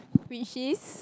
which is